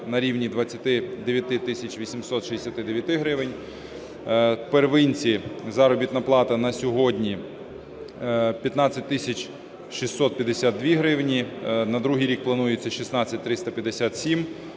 на рівні 29 тисяч 869 гривень. У первинці заробітна плата на сьогодні 15 тисяч 652 гривні. На другий рік планується 16 357.